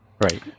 right